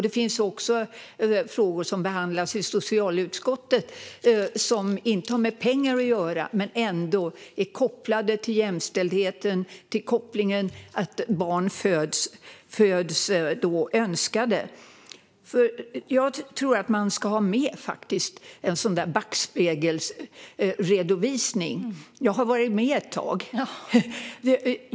Det finns också frågor som behandlas i socialutskottet som inte har med pengar att göra men som ändå är kopplade till jämställdhet och till att barn föds önskade. Jag tror att man ska ha med sig en sådan backspegelsredovisning. Jag har varit med ett tag.